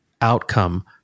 outcome